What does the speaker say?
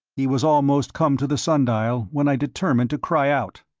he was almost come to the sun-dial when i determined to cry out.